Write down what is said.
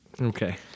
Okay